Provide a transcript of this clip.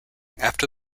after